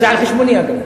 זה על חשבוני, אגב.